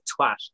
twat